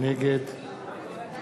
נגד